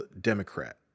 Democrat